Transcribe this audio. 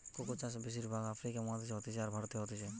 cocoa চাষ বেশির ভাগ আফ্রিকা মহাদেশে হতিছে, আর ভারতেও হতিছে